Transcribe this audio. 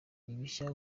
ibishya